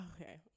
Okay